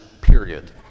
period